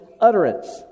utterance